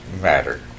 matter